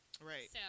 Right